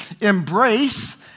embrace